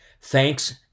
Thanks